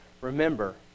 remember